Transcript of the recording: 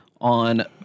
on